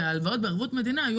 וההלוואות בערבות מדינה,